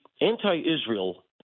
anti-Israel